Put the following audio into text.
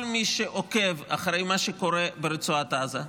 כל מי שעוקב אחרי מה שקורה ברצועת עזה,